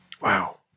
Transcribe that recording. wow